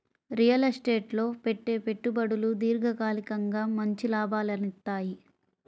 real estate లో పెట్టే పెట్టుబడులు దీర్ఘకాలికంగా మంచి లాభాలనిత్తయ్యి